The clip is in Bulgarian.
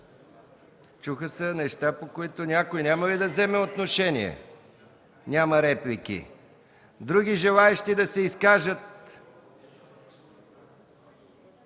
Чуха се неща, по които някой няма ли да вземе отношение? Няма реплики. Други желаещи да се изкажат?